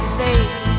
face